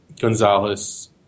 Gonzalez